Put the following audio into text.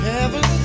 Heaven